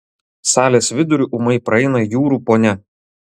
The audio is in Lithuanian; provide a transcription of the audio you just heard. salės viduriu ūmai praeina jūrų ponia